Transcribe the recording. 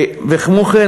כמו כן,